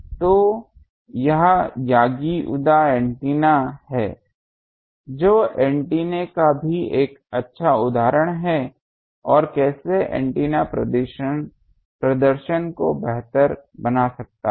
तो यह Yagi Uda antenna है जो एंटीना का भी एक अच्छा उदाहरण है और कैसे एंटीना प्रदर्शन को बेहतर बना सकता है